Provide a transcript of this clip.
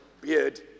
beard